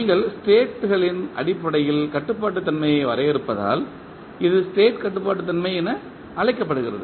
நீங்கள் ஸ்டேட்களின் அடிப்படையில் கட்டுப்பாட்டுத்தன்மையை வரையறுப்பதால் இது ஸ்டேட் கட்டுப்பாட்டுத்தன்மை என அழைக்கப்படுகிறது